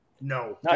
No